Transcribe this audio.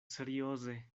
serioze